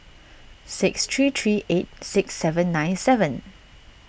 six three three eight six seven nine seven